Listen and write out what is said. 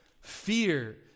fear